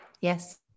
Yes